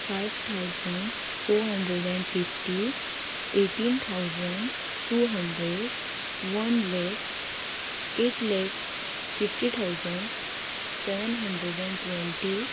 five thousand four hundred and fifty eighteen thousand two hundred one lakh eight lakh fifty thousand seven hundred and twenty